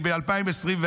אני ב-2024.